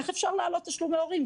איך אפשר להעלות תשלומי הורים,